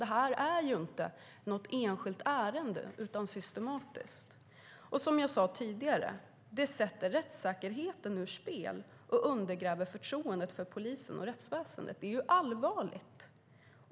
Det är inte något enskilt ärende, utan det är systematiskt. Som jag sade tidigare sätter detta rättssäkerheten ur spel och undergräver för polisen och rättväsendet. Det är allvarligt.